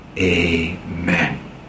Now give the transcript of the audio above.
amen